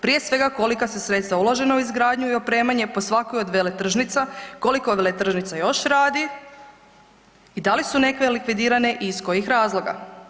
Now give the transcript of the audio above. Prije svega kolika su sredstva uložena u izradnju i opremanje po svakoj od veletržnica, koliko veletržnica još radi i da li su neke likvidirane i iz kojih razloga.